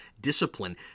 discipline